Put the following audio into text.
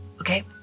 okay